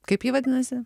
kaip ji vadinasi